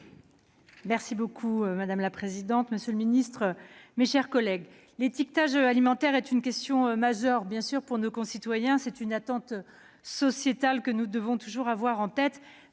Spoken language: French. Primas. Madame la présidente, monsieur le ministre, mes chers collègues, l'étiquetage alimentaire est une question majeure pour nos concitoyens. Il fait l'objet d'une attente sociétale que nous devons toujours avoir en tête,